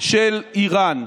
של איראן.